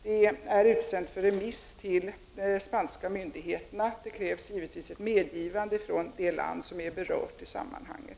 Det är utsänt på remiss till de spanska myndigheterna — det krävs givetvis ett medgivande från det land som är berört i sammanhanget.